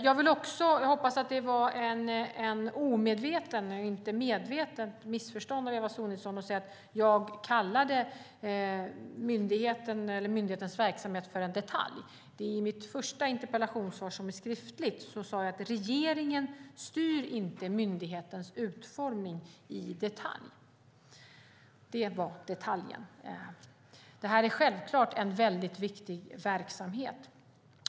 Jag hoppas att det var ett omedvetet och inte medvetet missförstånd av Eva Sonidsson när hon sade att jag kallade myndighetens verksamhet för en detalj. I mitt interpellationssvar, som finns skriftligt, sade jag: Regeringen styr inte myndighetens utformning i detalj. Det var detaljen. Det här är självklart en väldigt viktig verksamhet.